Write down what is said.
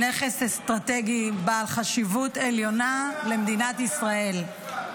אסטרטגי בעל חשיבות עליונה למדינת ישראל -- אז תצביעו בעד.